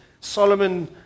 Solomon